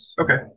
Okay